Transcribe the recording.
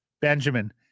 Benjamin